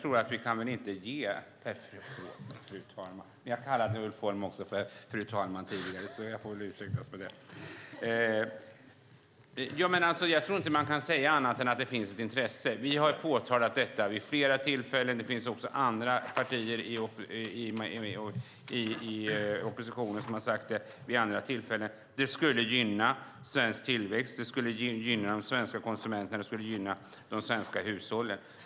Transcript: Fru talman! Jag tror inte att man kan säga annat än att det finns ett intresse. Vi har påtalat detta vid flera tillfällen. Det finns också andra partier i oppositionen som vid andra tillfällen har sagt att det skulle gynna svensk tillväxt, de svenska konsumenterna och de svenska hushållen.